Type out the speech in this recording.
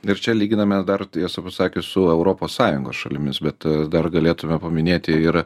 ir čia lyginamės dar tiesą pasakius su europos sąjungos šalimis bet dar galėtume paminėti ir